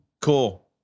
cool